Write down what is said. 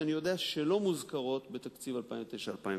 שאני יודע שלא מוזכרות בתקציב 2009 ו-2010.